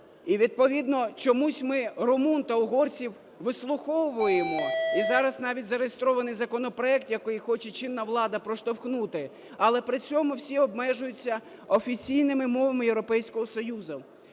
І відповідно чомусь ми румун та угорців вислуховуємо, і зараз навіть зареєстрований законопроект, який хоче чинна влада проштовхнути, але при цьому всі обмежуються офіційними мовами Європейського Союзу.